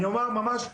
אגב,